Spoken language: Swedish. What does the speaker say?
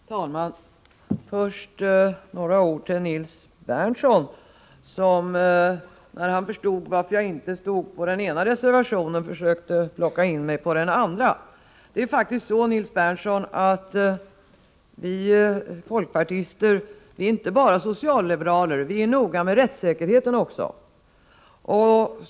Herr talman! Först vill jag säga några ord till Nils Berndtson, som när han förstod varför jag inte stod bakom den ena reservationen försökte locka in mig på den andra. Det är faktiskt så, Nils Berndtson, att vi folkpartister inte bara är socialliberaler, vi är noga med rättssäkerheten också.